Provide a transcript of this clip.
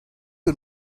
you